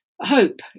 hope